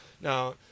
Now